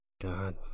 God